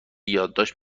یادداشت